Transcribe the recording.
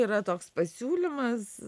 yra toks pasiūlymas